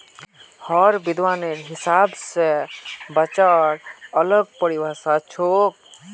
हर विद्वानेर हिसाब स बचाउर अलग परिभाषा छोक